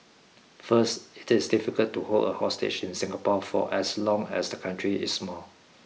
first it is difficult to hold a hostage in Singapore for as long as the country is small